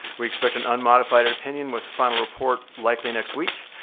we expect an unmodified opinion with final report likely next week.